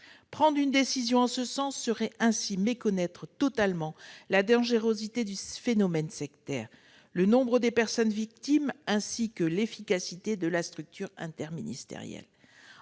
Prendre une décision en ce sens reviendrait à méconnaître totalement la dangerosité du phénomène sectaire, le nombre de ses victimes ainsi que l'efficacité de la structure interministérielle.